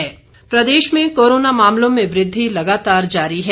Himachal corona Pradesh में corona मामलों में वृद्धि लगातार जारी है